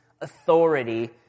authority